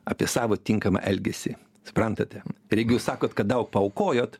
apie savo tinkamą elgesį suprantate ir jeigu jūs sakot kad daug paaukojot